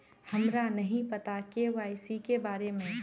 हमरा नहीं पता के.वाई.सी के बारे में?